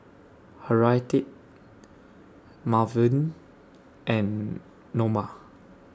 Harriette Malvin and Norma